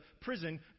prison